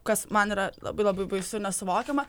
kas man yra labai labai baisu ir nesuvokiama